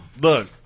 Look